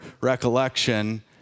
recollection